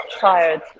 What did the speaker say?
tired